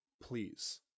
Please